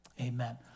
Amen